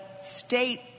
state